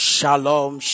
Shalom